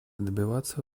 добиваться